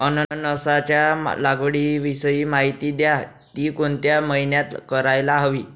अननसाच्या लागवडीविषयी माहिती द्या, ति कोणत्या महिन्यात करायला हवी?